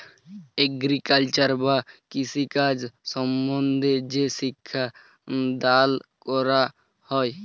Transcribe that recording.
agriculture বা কৃষিকাজ সম্বন্ধে যে শিক্ষা দাল ক্যরা হ্যয়